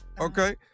okay